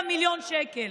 זה עולה 27 מיליון שקל,